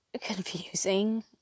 confusing